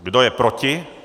Kdo je proti?